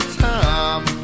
time